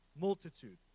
multitude